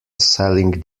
selling